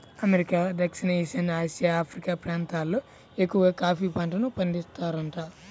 America, దక్షిణ ఈశాన్య Asia, Africa ప్రాంతాలల్లో ఎక్కవగా కాఫీ పంటను పండిత్తారంట